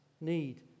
need